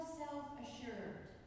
self-assured